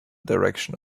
direction